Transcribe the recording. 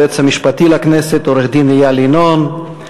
היועץ המשפטי לכנסת עורך-דין איל ינון,